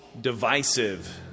divisive